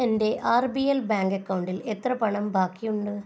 എൻ്റെ R B L bank അക്കൗണ്ടിൽ എത്ര പണം ബാക്കിയുണ്ട്